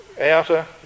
outer